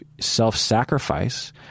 self-sacrifice